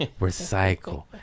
recycle